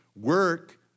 work